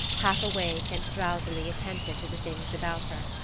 half awake and drowsily attentive to the things about her.